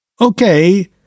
Okay